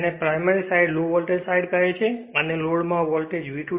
તેને primary side low voltage side કહે છે અને લોડ માં વોલ્ટેજ V2